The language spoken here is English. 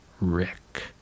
Rick